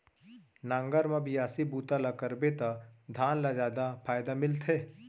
नांगर म बियासी बूता ल करबे त धान ल जादा फायदा मिलथे